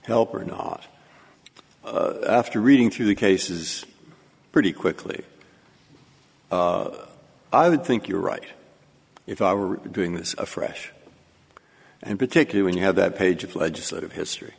help or not after reading through the cases pretty quickly i would think you're right if i were doing this afresh and particular when you have that page of legislative history